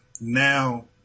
now